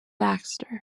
baxter